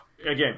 again